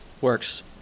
Works